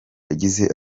yagize